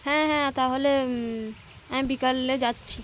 হ্যাঁ হ্যাঁ তাহলে আমি বিকালে যাচ্ছি